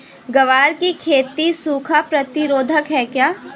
ग्वार की खेती सूखा प्रतीरोधक है क्या?